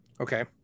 Okay